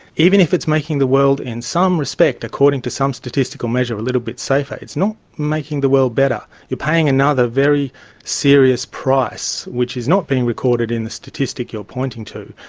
even if it's making the world in some respect according to some statistical measure a little bit safer, it's not making the world better. you are paying another very serious price which is not being recorded in the statistic you are pointing to,